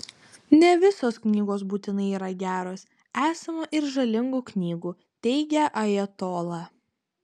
ne visos knygos būtinai yra geros esama ir žalingų knygų teigė ajatola